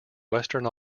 western